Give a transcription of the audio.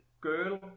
girl